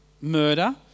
murder